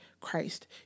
Christ